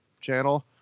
channel